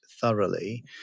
thoroughly